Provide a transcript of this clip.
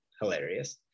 hilarious